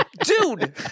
dude